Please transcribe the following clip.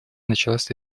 началась